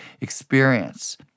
experience